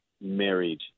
married